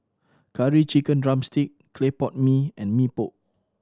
Curry Chicken drumstick clay pot mee and Mee Pok